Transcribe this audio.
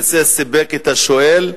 וזה סיפק את השואל.